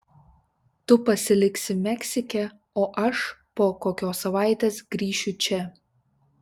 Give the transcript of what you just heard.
tu pasiliksi meksike o aš po kokios savaitės grįšiu čia